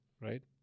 right